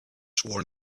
sworn